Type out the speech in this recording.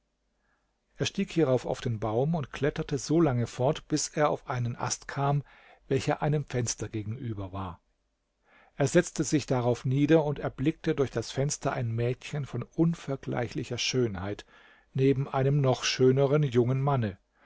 er stieg hierauf auf den baum und kletterte so lange fort bis er auf einen ast kam welcher einem fenster gegenüber war er setzte sich darauf nieder und erblickte durch das fenster ein mädchen von unvergleichlicher schönheit neben einem noch schöneren jungen manne